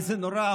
איזה נורא,